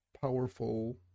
powerful